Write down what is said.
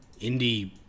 indie